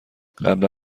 قبلا